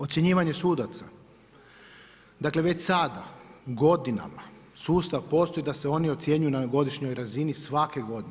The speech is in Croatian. Ocjenjivanje sudaca, dakle već sada godinama sustav postoji da se oni ocjenjuju na godišnjoj razini svake godine.